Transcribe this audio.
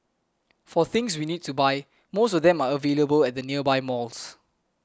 for things we need to buy most of them are available at the nearby malls